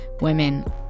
women